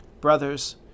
Brothers